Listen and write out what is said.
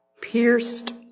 pierced